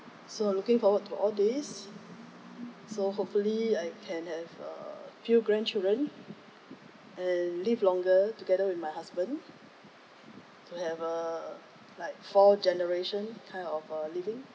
so I'm looking forward to all these so hopefully I can have a few grandchildren and live longer together with my husband to have uh like four generation kind of uh living